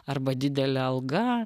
arba didelė alga